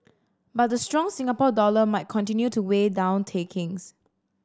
but the strong Singapore dollar might continue to weigh down takings